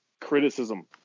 criticism